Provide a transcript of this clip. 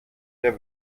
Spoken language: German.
der